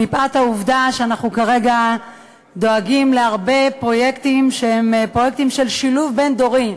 מפאת העובדה שאנחנו כרגע דואגים להרבה פרויקטים של שילוב בין-דורי,